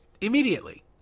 immediately